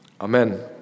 Amen